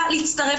תודה רבה.